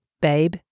Babe